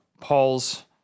Paul's